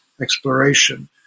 exploration